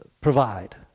provide